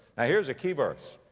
ah here's a key verse.